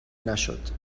نشد